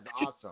awesome